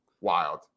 Wild